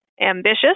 ambitious